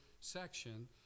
section